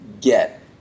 get